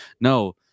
No